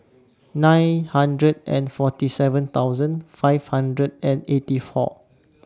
nine hundred and forty seven thousand five hundred and eighty four